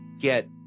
get